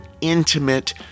intimate